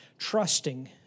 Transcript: trusting